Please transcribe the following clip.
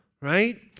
right